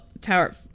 Tower